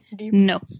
No